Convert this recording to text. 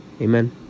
amen